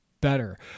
better